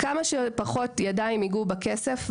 שכמה שפחות ידיים ייגעו בכסף,